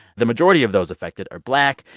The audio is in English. the majority of those affected are black,